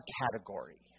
category